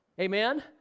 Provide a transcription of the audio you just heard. Amen